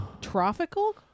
Tropical